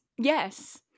Yes